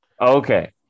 Okay